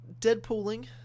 Deadpooling